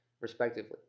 respectively